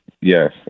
Yes